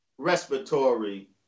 Respiratory